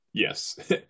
Yes